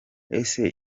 ese